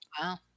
Wow